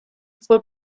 fue